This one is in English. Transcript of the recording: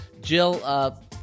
Jill